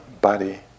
body